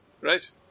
Right